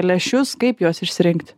lęšius kaip juos išsirinkti